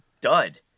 dud